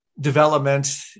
development